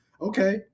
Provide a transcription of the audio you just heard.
Okay